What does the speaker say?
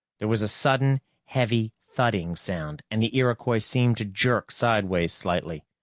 there was a sudden heavy thudding sound, and the iroquois seemed to jerk sideways slightly.